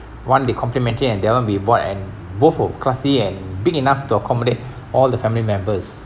one they complimented and the other one we bought and both were classy and big enough to accommodate all the family members